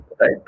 right